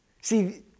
See